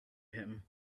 him